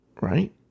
Right